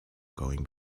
going